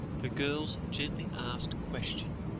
the girl's gently-asked question,